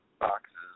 boxes